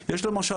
יש למשל,